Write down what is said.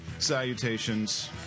Salutations